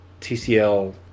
tcl